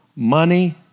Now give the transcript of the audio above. Money